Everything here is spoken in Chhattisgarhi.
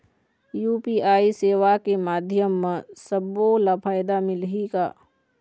यू.पी.आई सेवा के माध्यम म सब्बो ला फायदा मिलही का?